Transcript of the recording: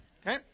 Okay